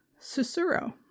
Susuro